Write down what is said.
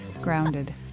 grounded